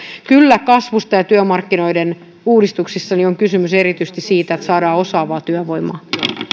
kyllä kasvussa ja työmarkkinoiden uudistuksissa on kysymys erityisesti siitä että saadaan osaavaa työvoimaa